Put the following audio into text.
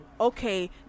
okay